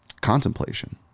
contemplation